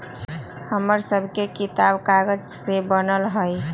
हमर सभके किताब कागजे से बनल हइ